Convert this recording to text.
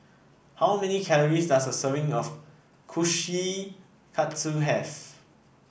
how many calories does a serving of Kushikatsu have